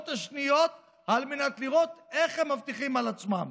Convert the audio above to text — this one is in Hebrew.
השונות על מנת לראות איך הם מבטיחים את עצמם,